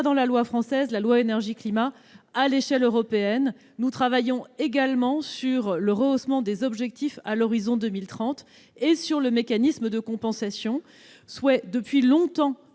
à l'adoption de la loi Énergie-climat, à l'échelle européenne. Nous travaillons également sur le rehaussement des objectifs à l'horizon de 2030 et sur le mécanisme de compensation, souhaité depuis longtemps